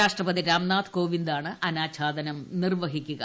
രാഷ്ട്രപതി രാംനാഥ് കോവിന്ദാണ് അനാച്ഛാദനം നിർവ്വഹിക്കുക